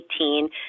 2018